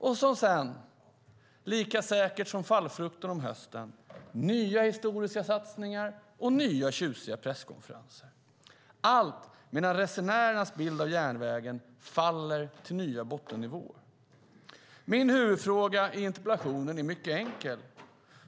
Och sedan, lika säkert som fallfrukter om hösten, kommer nya historiska satsningar och nya tjusiga presskonferenser - alltmedan resenärernas uppfattning om järnvägen faller till nya bottennivåer. Min huvudfråga i interpellationen är mycket enkel.